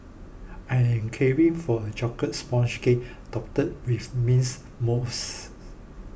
I am craving for a Chocolate Sponge Cake Topped with mints mousse